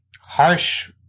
harsh